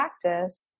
practice